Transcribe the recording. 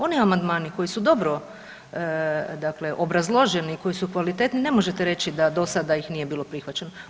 Oni amandmani koji su dakle dobro obrazloženi, koji su kvalitetni ne možete reći da do sada ih nije bilo prihvaćeno.